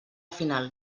final